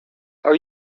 are